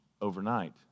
overnight